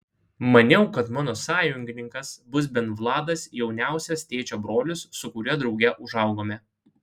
maniau kad mano sąjungininkas bus bent vladas jauniausias tėčio brolis su kuriuo drauge užaugome